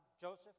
Joseph